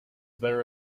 there